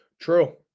True